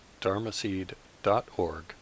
dharmaseed.org